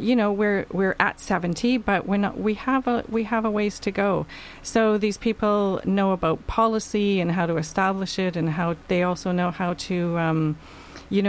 you know where we're at seventy but when we have we have a ways to go so these people know about policy and how to establish it and how they also know how to